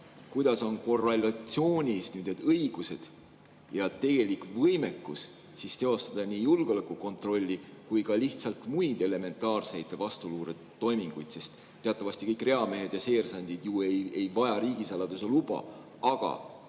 kindlasti –, ning need õigused ja tegelik võimekus teostada nii julgeolekukontrolli kui ka lihtsalt muid elementaarseid vastuluuretoiminguid? Teatavasti kõik reamehed ja seersandid ei vaja riigisaladuse luba, aga